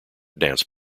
dance